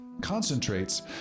concentrates